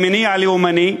ממניע לאומני,